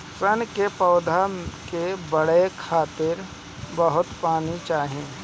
सन के पौधा के बढ़े खातिर बहुत पानी चाही